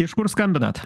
iš kur skambinat